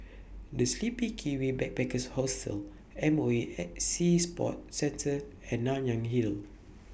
The Sleepy Kiwi Backpackers Hostel M O E Sea Sports Centre and Nanyang Hill